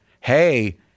hey